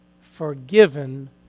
forgiven